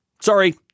sorry